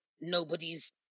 nobody's